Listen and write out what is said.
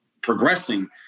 progressing